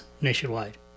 nationwide